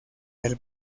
del